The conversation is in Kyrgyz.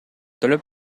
төлөп